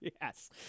yes